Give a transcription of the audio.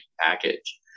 package